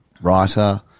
writer